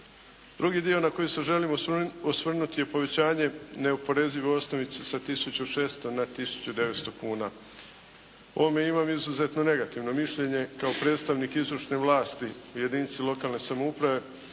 Drugi dio na koji se želim osvrnuti je povećanje neoporezive osnovice sa 1600 na 1900 kuna. O ovome imam izuzetno negativno mišljenje. Kao predstavnik izvršne vlsti u jedinici lokalne samouprave